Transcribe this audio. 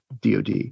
DOD